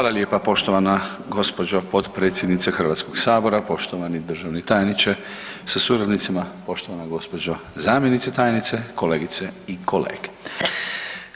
Hvala lijepa poštovana gospođo potpredsjednice Hrvatskog sabora, poštovani državni tajniče sa suradnicima, poštovana gospođo zamjenice tajnice, kolegice i kolege.